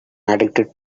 addicted